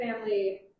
Family